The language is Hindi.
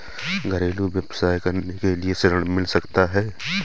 घरेलू व्यवसाय करने के लिए ऋण मिल सकता है?